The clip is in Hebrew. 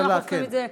הממשלה, כן.